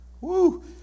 Woo